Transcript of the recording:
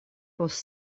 post